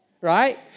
right